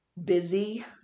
Busy